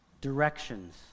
directions